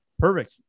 Perfect